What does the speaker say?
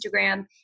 Instagram